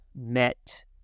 met